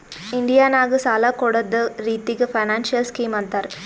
India ನಾಗ್ ಸಾಲ ಕೊಡ್ಡದ್ ರಿತ್ತಿಗ್ ಫೈನಾನ್ಸಿಯಲ್ ಸ್ಕೀಮ್ ಅಂತಾರ್